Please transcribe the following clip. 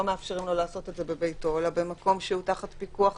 לא מאפשרים לו לעשות את זה בביתו אלא במקום שהוא תחת פיקוח